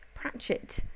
Pratchett